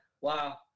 Wow